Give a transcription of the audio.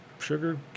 Sugar